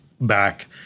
back